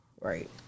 Right